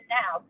now